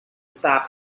stop